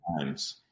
times